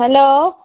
hello